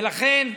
ולכן,